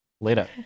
Later